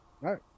right